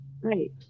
Right